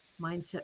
mindset